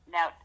Now